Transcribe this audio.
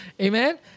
Amen